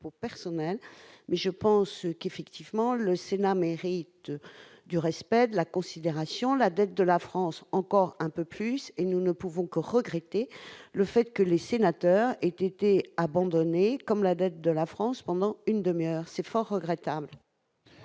personnel mais je pense qu'effectivement, le Sénat américain de du respect de la considération la dette de la France, encore un peu plus et nous ne pouvons que regretter le fait que les sénateurs étaient abandonnés, comme la dette de la France pendant une demi-heure, c'est fort regrettable.